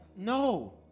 no